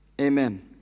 Amen